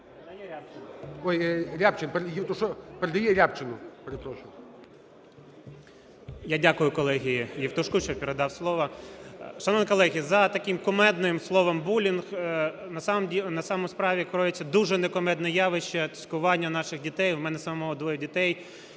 Я дякую колезі Євтушку, що передав слово. Шановні колеги, за таким кумедним словом "булінг", на самій справі, криється дуже не кумедне явище – цькування наших дітей. У мене самого двоє дітей,